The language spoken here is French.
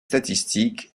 statistiques